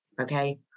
Okay